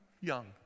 young